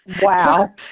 Wow